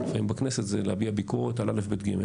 לפעמים בכנסת זה להביע ביקורת על א', ב', ג'.